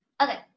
Okay